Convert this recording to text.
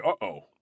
uh-oh